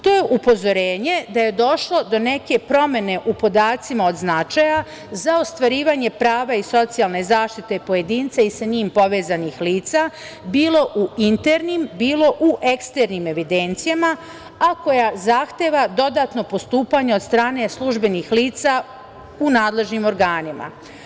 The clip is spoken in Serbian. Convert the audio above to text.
To je upozorenje da je došlo do neke promene u podacima od značaja za ostvarivanje prava i socijalne zaštite pojedinca i sa njim povezanih lica, bilo u internim, bilo u eksternim evidencijama, a koja zahteva dodatno postupanje od strane službenih lica u nadležnim organima.